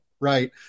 right